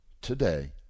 today